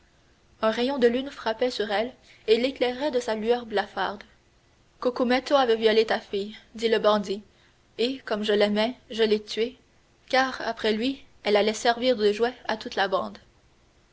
un rayon de la lune frappait sur elle et l'éclairait de sa lueur blafarde cucumetto avait violé ta fille dit le bandit et comme je l'aimais je l'ai tuée car après lui elle allait servir de jouet à toute la bande